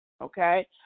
Okay